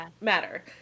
matter